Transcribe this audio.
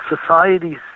societies